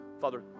father